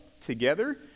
together